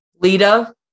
Lita